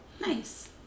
Nice